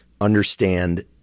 understand